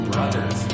Brothers